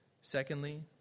Secondly